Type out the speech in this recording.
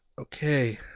Okay